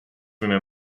võime